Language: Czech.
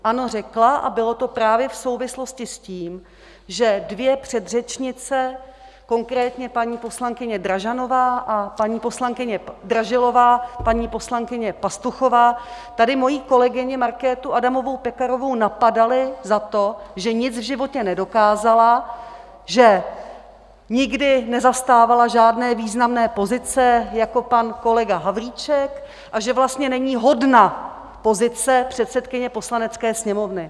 Ano, řekla, a bylo to právě v souvislosti s tím, že dvě předřečnice, konkrétně paní poslankyně Dražilová a paní poslankyně Pastuchová, tady moji kolegyni Markétu Adamovou Pekarovou napadaly za to, že nic v životě nedokázala, že nikdy nezastávala žádné významné pozice jako pan kolega Havlíček a že vlastně není hodna pozice předsedkyně Poslanecké sněmovny.